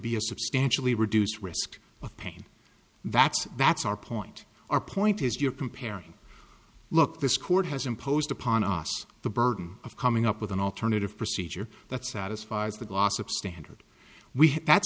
of pain that's that's our point our point is you're comparing look this court has imposed upon us the burden of coming up with an alternative procedure that satisfies the glossop standard we ha